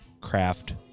Craft